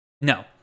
No